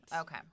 Okay